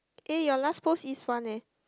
eh your last post is one leh